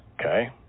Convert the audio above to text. Okay